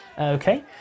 Okay